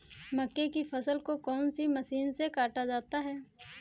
मक्के की फसल को कौन सी मशीन से काटा जाता है?